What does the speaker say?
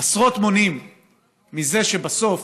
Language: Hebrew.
עשרות מונים מזה שבסוף